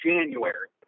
January